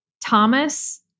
Thomas